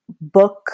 book